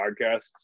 podcasts